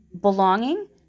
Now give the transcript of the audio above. belonging